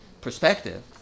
perspective